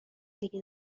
دیگه